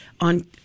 on